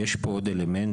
יש פה עוד אלמנט,